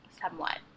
somewhat